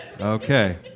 Okay